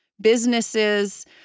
businesses